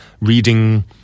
reading